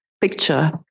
picture